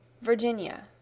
VIRGINIA